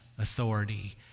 authority